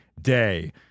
Day